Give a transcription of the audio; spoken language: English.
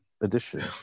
edition